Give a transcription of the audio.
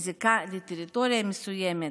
בזיקה לטריטוריה מסוימת.